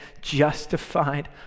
justified